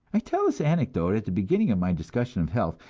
i tell this anecdote at the beginning of my discussion of health,